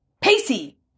Pacey